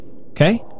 okay